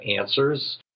answers